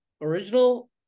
original